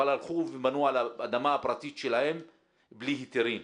אבל הלכו ובנו על אדמה פרטית שלהם בלי היתרים,